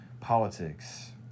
politics